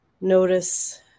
notice